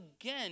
again